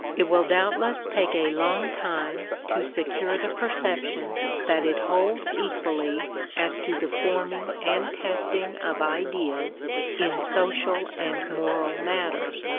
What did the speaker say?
it will doubtless take a long time to secure the perception that it holds equally as to the forming and testing of ideas in social and moral matters.